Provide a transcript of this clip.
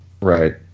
Right